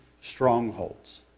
strongholds